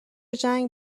جنگ